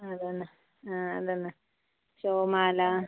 അത് തന്നെ ആ അത് തന്നെ ഷോ മാല